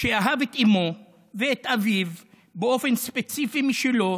שאהב את אימו ואת אביו באופן ספציפי משלו,